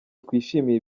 twishimiye